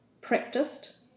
practiced